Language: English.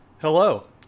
Hello